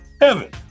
heaven